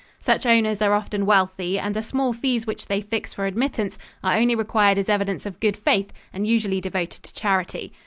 such owners are often wealthy and the small fees which they fix for admittance are only required as evidence of good faith and usually devoted to charity.